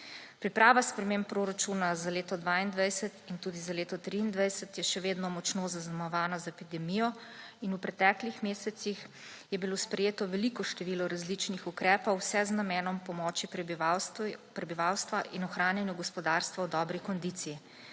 Priprava sprememb proračuna za leto 2022 in tudi za leto 2023 je še vedno močno zaznamovano z epidemijo. V preteklih mesecih je bilo sprejeto veliko število različnih ukrepov, vse z namenom pomoči prebivalstvu in ohranjanja gospodarstva v dobri kondiciji.